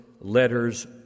letters